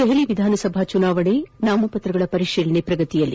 ದೆಹಲಿ ವಿಧಾನಸಭೆ ಚುನಾವಣೆ ನಾಮಪತ್ರಗಳ ಪರಿಶೀಲನೆ ಪ್ರಗತಿಯಲ್ಲಿ